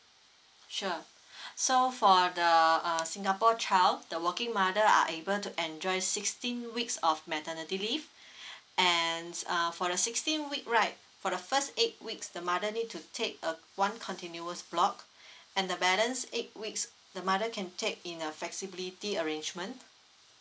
sure so for the uh singapore child the working mother are able to enjoy sixteen weeks of maternity leave and uh for the sixteen week right for the first eight weeks the mother need to take a one continuous block and the balance eight weeks the mother can take in a flexibility arrangement